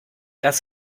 das